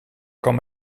kan